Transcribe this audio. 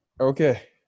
Okay